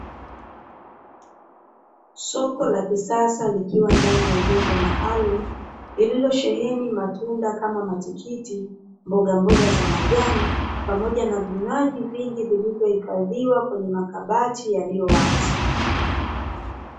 Soko la kisasa likiwa ndani ya jengo maalum lililosheheni matunda kama matikiti mbogamboga za majani pamoja na vinywaji vingi vilivyo hifadhiwa kwenye makabati yaliyo wazi